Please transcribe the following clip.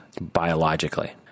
biologically